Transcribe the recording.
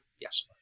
Yes